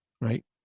Right